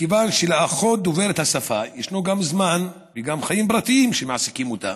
מכיוון שלאחות דוברת השפה ישנו גם זמן וגם חיים פרטיים שמעסיקים אותה.